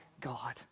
God